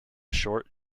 short